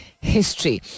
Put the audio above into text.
history